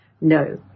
No